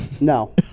No